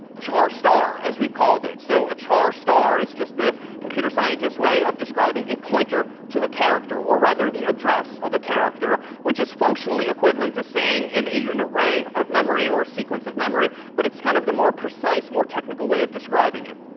char star, as we've called it. so a char star is just the computer scientists way of describing a pointer to a character, or rather the address of a character, which is functionally equivalent to saying and an and array of memory, or sequence of memory. but it's kind of the more precise, more technical way of describing it.